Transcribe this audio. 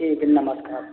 ठीक है नमस्कार